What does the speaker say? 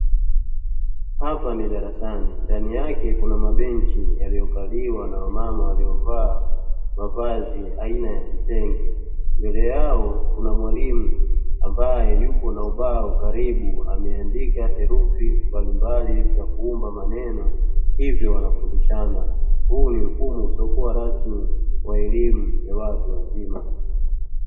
Hapa ni darasani ndani yake kuna mabenchi yaliyokaliwa na wamama waliyovaa mavazi aina ya kitenge, mbele yao kuna mwalimu ambae yupo na ubao karibu ameandika herufi mbalimbali za kuumba maneno hivyo wanafundishana. Huu ni mfumo usiyokuwa rasmi wa elimu ya watu wazima.